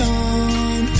on